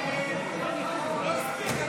הוא לא הספיק.